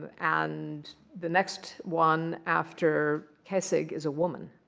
ah and the next one after kassig is a woman.